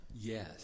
yes